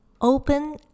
open